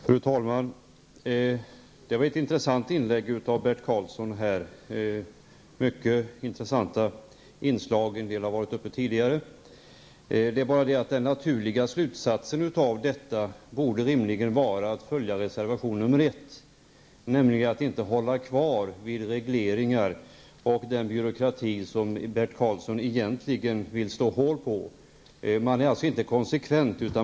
Fru talman! Det var ett intressant inlägg av Bert Karlsson, med mycket intressanta inslag. En del har varit uppe tidigare. Det är bara det att den naturliga slutsatsen av detta rimligen borde vara att följa reservation 1, nämligen att inte hålla kvar vid de regleringar och den byråkrati som Bert Karlsson egentligen vill slå hål på. Han är alltså inte konsekvent.